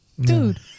dude